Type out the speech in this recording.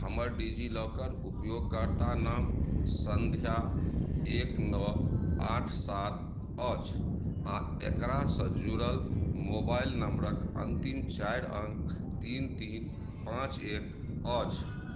हमर डिजिलॉकर उपयोगकर्ता नाम संध्या एक नओ आठ सात अछि आ एकरासँ जुड़ल मोबाइल नंबरक अंतिम चारि अङ्क तीन तीन पाँच एक अछि